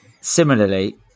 Similarly